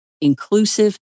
inclusive